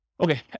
Okay